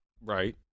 Right